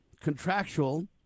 contractual